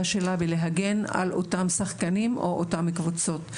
שלה בלהגן על אותם שחקנים או אותן קבוצות.